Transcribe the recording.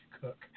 cook